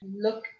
look